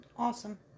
Awesome